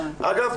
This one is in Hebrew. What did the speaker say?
אגב,